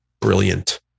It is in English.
brilliant